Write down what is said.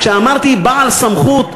כשאמרתי "בעל סמכות",